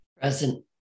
Present